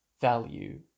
value